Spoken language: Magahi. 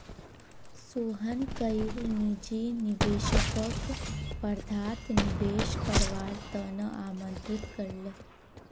सोहन कईल निजी निवेशकक वर्धात निवेश करवार त न आमंत्रित कर ले